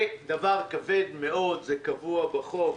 זה דבר כבד מאוד זה קבוע בחוק,